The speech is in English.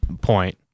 point